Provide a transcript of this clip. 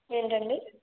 ఏంటండీ